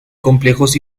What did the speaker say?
complejos